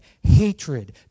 hatred